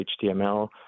html